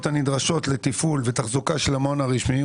הנדרשות לתפעול ולתחזוקה של המעון הרשמי,